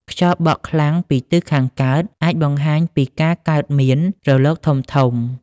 ខ្យល់បក់ខ្លាំងពីទិសខាងកើត អាចបង្ហាញពីការកើតមានរលកធំៗ។